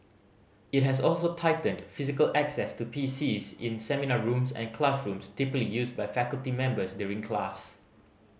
it has also tightened physical access to P Cs in seminar rooms and classrooms typically used by faculty members during class